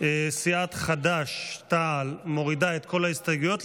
סיעת חד"ש-תע"ל מורידה את כל ההסתייגויות,